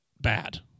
bad